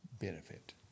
benefit